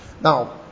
Now